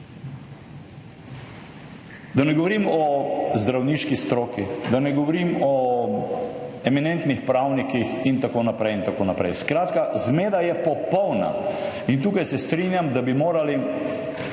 da ne govorim o zdravniški stroki, da ne govorim o eminentnih pravnikih in tako naprej in tako naprej. Skratka, zmeda je popolna in tukaj se strinjam, da bi morali